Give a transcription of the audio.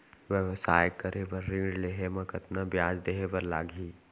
व्यवसाय करे बर ऋण लेहे म कतना ब्याज देहे बर लागही?